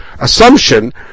assumption